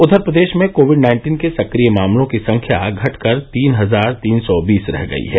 उधर प्रदेश में कोविड नाइन्टीन के सक्रिय मामलों की संख्या घट कर तीन हजार तीन सौ बीस रह गयी है